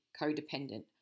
codependent